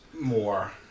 More